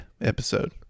Episode